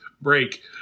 break